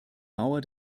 mauer